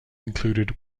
included